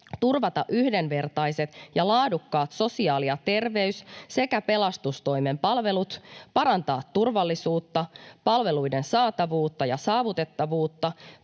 turvata yhdenvertaiset ja laadukkaat sosiaali- ja terveys- sekä pelastustoimen palvelut, parantaa turvallisuutta, palveluiden saatavuutta ja saavutettavuutta,